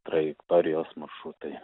trajektorijos maršrutai